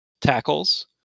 tackles